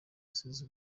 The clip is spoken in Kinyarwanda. yasize